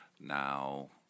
Now